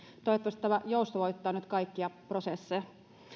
toivottavasti tämä joustavoittaa nyt kaikkia prosesseja